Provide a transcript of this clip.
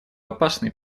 опасный